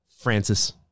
Francis